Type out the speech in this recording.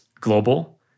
global